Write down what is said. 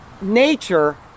nature